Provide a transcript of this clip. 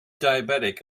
diabetic